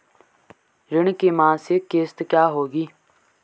ऋण की मासिक किश्त क्या होगी?